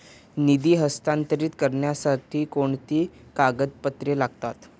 निधी हस्तांतरित करण्यासाठी कोणती कागदपत्रे लागतात?